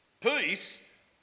peace